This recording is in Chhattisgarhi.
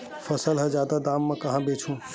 फसल ल जादा दाम म कहां बेचहु?